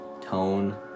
tone